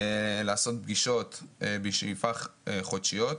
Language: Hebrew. לעשות פגישות בשאיפה חודשיות,